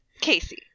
Casey